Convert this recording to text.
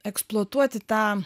eksploatuoti tą